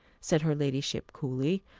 said her ladyship coolly,